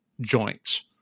joints